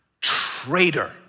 traitor